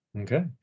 Okay